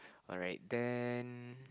alright then